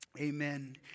Amen